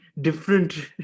different